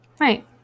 Right